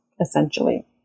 essentially